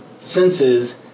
senses